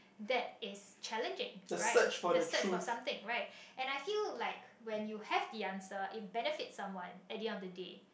that is challenging right the search for something right and I feel like when you have the answer it benefits someone in the end of the day